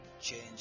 change